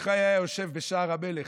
מרדכי היה יושב בשער המלך,